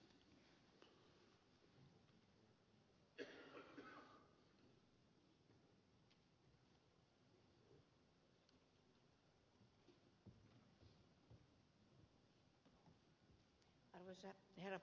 arvoisa herra puhemies